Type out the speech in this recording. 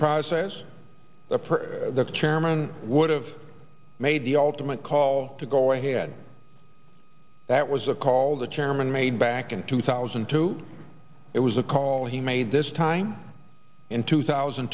process the chairman would have made the ultimate call to go ahead that was a call the chairman made back in two thousand and two it was a call he made this time in two thousand